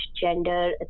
gender